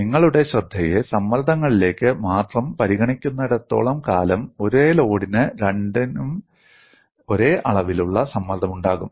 നിങ്ങളുടെ ശ്രദ്ധയെ സമ്മർദ്ദങ്ങളിലേക്ക് മാത്രം പരിഗണിക്കുന്നിടത്തോളം കാലം ഒരേ ലോഡിന് രണ്ടിനും ഒരേ അളവിലുള്ള സമ്മർദ്ദമുണ്ടാകും